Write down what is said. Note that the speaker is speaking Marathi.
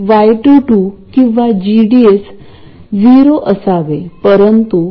म्हणजे जर कॅपेसिटन्स खूप मोठे असल्यास संपूर्ण सिग्नल व्होल्टेज VDS हे RL च्या अक्रॉस दिसून येईल परंतु इथे dc ब्लॉक केले आहे